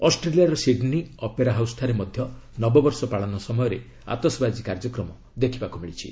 ଅଷ୍ଟ୍ରେଲିଆର Sydney opera ହାଉସ୍ଠାରେ ମଧ୍ୟ ନବବର୍ଷ ପାଳନ ସମୟରେ ଆତସବାଜି କାର୍ଯ୍ୟକ୍ରମ ଦେଖିବାକୁ ମିଳିଛି